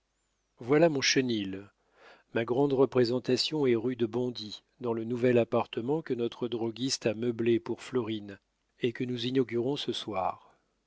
voilà mon chenil ma grande représentation est rue de bondy dans le nouvel appartement que notre droguiste a meublé pour florine et que nous inaugurons ce soir